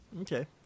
Okay